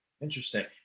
Interesting